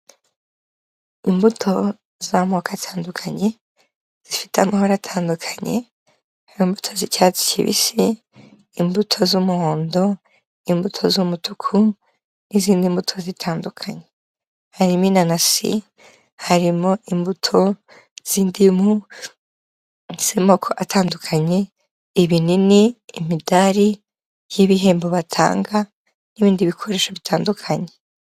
Imbuto z'amoko atandukanye, zifite amabara atandukanye, hari imbuto z'icyatsi kibisi, imbuto z'umuhondo, imbuto z'umutuku n'izindi mbuto zitandukanye. Harimo inanasi, harimo imbuto z'indimu z'amoko atandukanye, ibinini, imidari y'ibihembo batanga n'ibindi bikoresho bitandukanye.